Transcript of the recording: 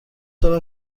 دارم